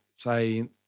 say